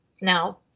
Now